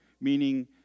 meaning